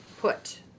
put